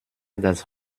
das